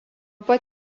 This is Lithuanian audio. pat